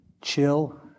Chill